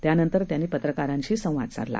त्यानंतर त्यांनी पत्रकारांशी संवाद साधला